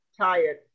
tired